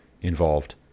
involved